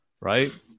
right